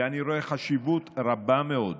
ואני רואה חשיבות רבה מאוד